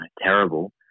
terrible